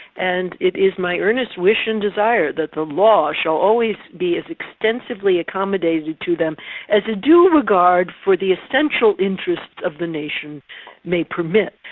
and it is my earnest wish and desire that the law shall always be as extensively accommodated to them as a due regard for the essential interests of the nation may permit.